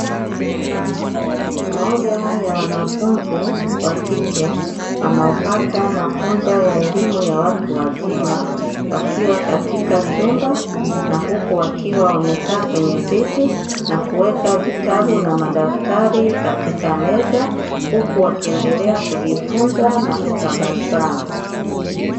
Moja ya wanafunzi wa kike wanaopata mafunzo ya elimu ya watu wazima, wakiwa katika chumba na huku wakiwa wamekaa kwenye viti na kuweka vitabu na madaftari katika meza, huku wakiendelea kujifunza na kutabasamu.